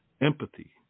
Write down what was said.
empathy